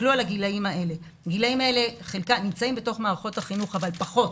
הגילאים האלה נמצאים במערכות החינוך, אבל פחות